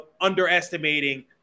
underestimating